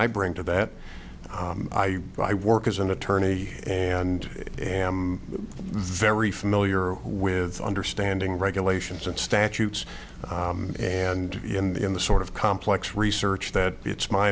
i bring to that i work as an attorney and am very familiar with understanding regulations and statutes and in the sort of complex research that it's my